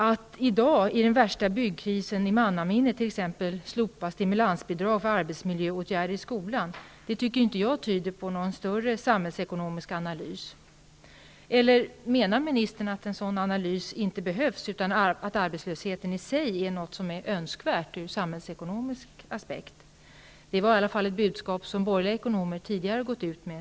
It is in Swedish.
Att i dag, under den värsta byggkrisen i mannaminne, t.ex. slopa stimulansbidrag för arbetsmiljöåtgärder i skolan, tycker jag inte tyder på någon samhällsekonomisk analys. Eller menar ministern att en sådan analys inte behövs utan att arbetslöshet i sig är önskvärd ur samhällsekonomisk aspekt? Det är i alla fall ett budskap som borgerliga ekonomer tidigare starkt gått ut med.